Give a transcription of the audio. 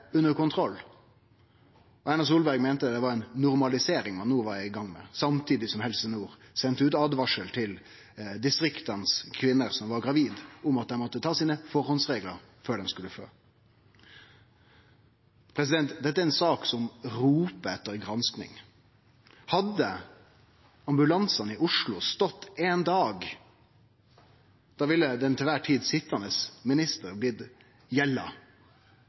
under kontroll. Erna Solberg meinte det var ei normalisering ein no var i gang med, samtidig som Helse Nord sende ut åtvaringar til distriktskvinnene som var gravide, om at dei måtte ta forholdsreglar før dei skulle fø. Dette er ei sak som roper etter gransking. Hadde ambulansane i Oslo stått éin dag, ville den til kvar tid sitjande ministeren blitt gjelda.